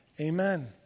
Amen